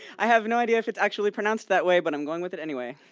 i have no idea if it's actually pronounced that way but i'm going with it anyway.